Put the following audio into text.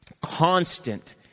Constant